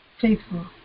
faithful